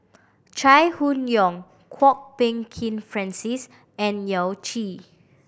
Chai Hon Yoong Kwok Peng Kin Francis and Yao Zi